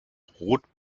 rot